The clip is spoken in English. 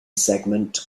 segment